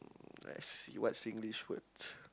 let's see what Singlish words